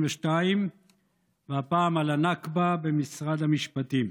32, והפעם, על הנכבה במשרד המשפטים.